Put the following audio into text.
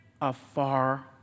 afar